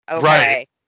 Right